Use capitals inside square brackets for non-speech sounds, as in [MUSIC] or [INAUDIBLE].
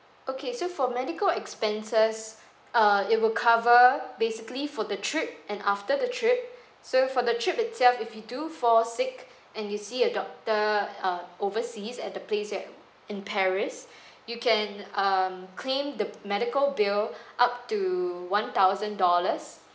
okay so for medical expenses uh it will cover basically for the trip and after the trip so for the trip itself if you do fall sick and you see a doctor uh overseas at the place that in paris [BREATH] you can um claim the medical bill up to one thousand dollars